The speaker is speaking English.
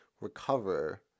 recover